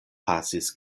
pasis